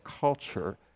culture